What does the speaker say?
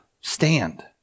stand